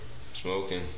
smoking